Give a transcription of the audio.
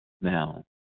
Now